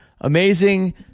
amazing